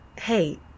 Hey